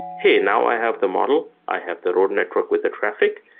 hey, now i have the model. i have the road network with the traffic.